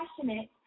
passionate